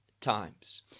times